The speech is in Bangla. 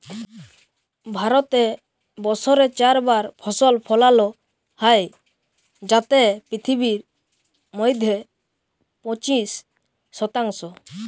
ভারতে বসরে চার বার ফসল ফলালো হ্যয় যাতে পিথিবীর মইধ্যে পঁচিশ শতাংশ